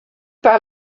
par